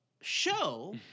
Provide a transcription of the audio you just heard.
show